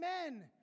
Amen